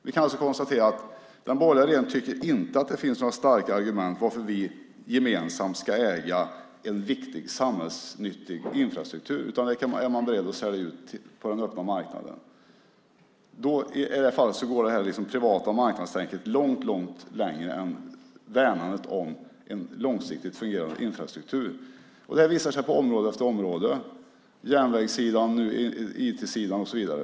Vi kan alltså konstatera att den borgerliga regeringen inte tycker att det finns några starka argument för att vi gemensamt ska äga viktig samhällsnyttig infrastruktur, utan den är man beredd att sälja ut på den öppna marknaden. I det här fallet går det privata marknadstänket mycket längre än värnandet om en långsiktigt fungerande infrastruktur. Detta visar sig på område efter område - på järnvägssidan, IT-sidan och så vidare.